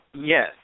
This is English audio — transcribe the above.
yes